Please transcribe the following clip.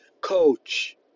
coach